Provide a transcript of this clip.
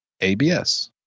ABS